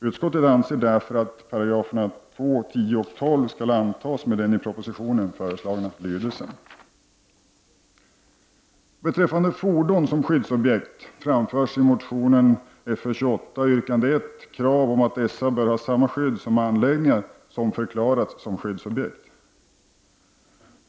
Utskottet anser därför att 2, 10 och 12 §§ skall antas med den i propositionen föreslagna lydelsen.